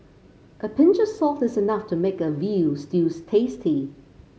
a pinch of salt is enough to make a veal stews tasty